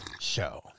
show